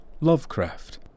Lovecraft